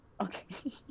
Okay